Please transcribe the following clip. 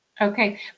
Okay